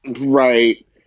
Right